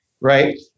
Right